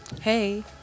Hey